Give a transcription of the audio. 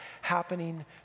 happening